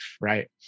right